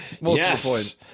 yes